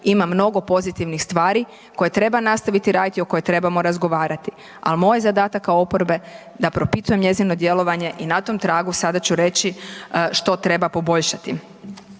ima mnogo pozitivnih stvari koje treba nastaviti raditi i o kojima trebamo razgovarati, ali moj je zadatak kao oporbe da propitujem njezino djelovanje i na tom tragu sada ću reći što treba poboljšati.